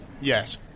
yes